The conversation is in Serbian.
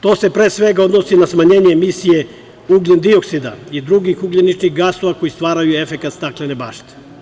To se pre svega odnosi na smanjenje misije ugljen-dioksida i drugih ugljeničnih gasova koji stvaraju efekat staklene bašte.